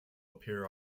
appear